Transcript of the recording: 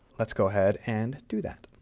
let's go ahead and do that.